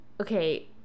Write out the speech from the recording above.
okay